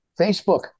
facebook